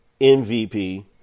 MVP